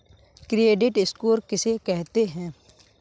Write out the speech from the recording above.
Credit score किसे कहते हैं?